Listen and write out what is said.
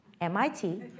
MIT